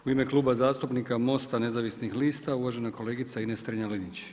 U ime Kluba zastupnika MOST-a nezavisnih lista uvažena kolegica Ines Strenja-Linić.